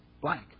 blank